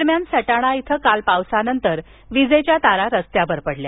दरम्यान सटाणा येथे काल पावसानंतर वीज तारा रस्त्यावर पडल्या